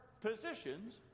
positions